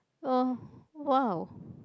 oh !wow!